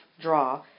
draw